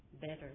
better